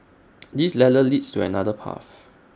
this ladder leads to another path